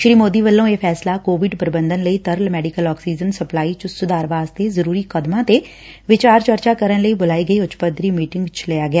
ਸ਼ੀ ਮੋਦੀ ਵੱਲੋ ਇਹ ਫੈਸਲਾ ਕੋਵਿਡ ਪ੍ਰਬੰਧਨ ਲਈ ਤਰਲ ਮੈਡੀਕਲ ਆਕਸੀਜਨ ਸਪਲਾਈ ਚ ਸੁਧਾਰ ਵਾਸਡੇ ਜ਼ਰੂਰੀ ਕਦਮਾ ਤੇ ਵਿਚਾਰ ਚਰਚਾ ਕਰਨ ਲਈ ਬੁਲਾਈ ਗਈ ਉੱਚ ਪੱਧਰੀ ਬੈਠਕ ਵਿਚ ਲਿਆ ਗਿਆ